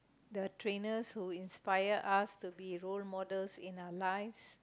the trainers who inspired us to be role models in our life